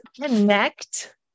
connect